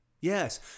Yes